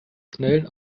schnellen